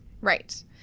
Right